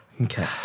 Okay